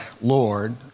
Lord